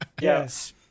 Yes